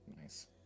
Nice